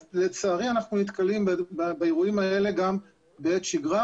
לצערי אנחנו נתקלים באירועים האלה גם בעת שגרה,